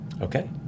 Okay